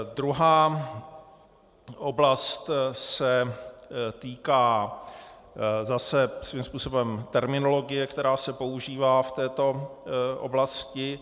Druhá oblast se týká zase svým způsobem terminologie, která se používá v této oblasti.